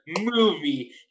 movie